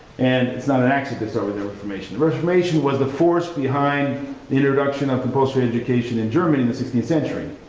and it's not an accident. sort of the reformation reformation was the force behind the introduction of compulsory education in germany in the sixteenth century.